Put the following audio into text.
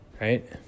right